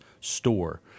store